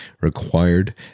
required